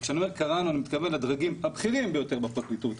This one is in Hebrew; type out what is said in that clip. וכשאני אומר קראנו אני מתכוון לדרגים הבכירים ביותר בפרקליטות,